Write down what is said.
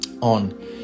on